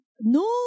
no